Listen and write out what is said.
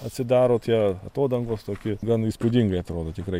atsidaro tie atodangos toki gan įspūdingai atrodo tikrai